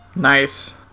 nice